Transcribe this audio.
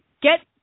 get